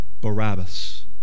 Barabbas